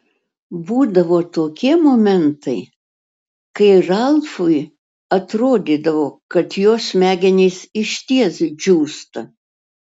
būdavo tokie momentai kai ralfui atrodydavo kad jo smegenys išties džiūsta